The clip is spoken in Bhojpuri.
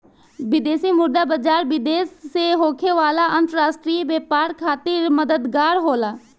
विदेशी मुद्रा बाजार, विदेश से होखे वाला अंतरराष्ट्रीय व्यापार खातिर मददगार होला